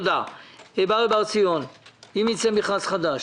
ברי בר-ציון, אם ייצא מכרז חדש